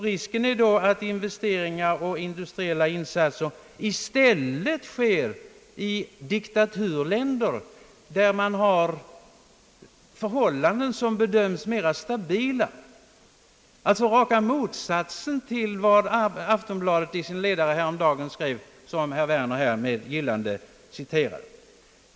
Risken är då att investeringar och industriella insatser i stället sker i sådana diktaturländer där förhållandena bedöms såsom mera stabila, alltså raka motsatsen till vad Aftonbladet häromdagen skrev i sin ledare om följden av ett garantisystem och som herr Werner med gillande citerade.